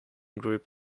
group